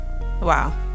wow